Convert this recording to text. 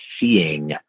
seeing